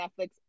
Netflix